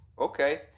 Okay